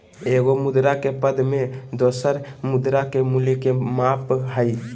एगो मुद्रा के पद में दोसर मुद्रा के मूल्य के माप हइ